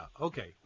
Okay